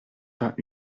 pas